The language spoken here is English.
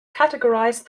categorised